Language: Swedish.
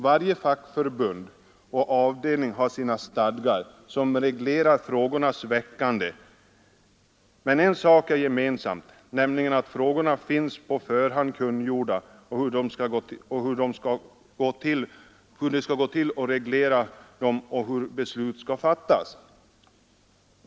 Varje fackförbund och avdelning har sina stadgar som reglerar frågornas behandling, men en sak är gemensam, nämligen att frågorna finns kungjorda på förhand. Också proceduren för beslutens fattande är reglerad i stadgarna.